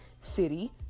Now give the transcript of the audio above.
city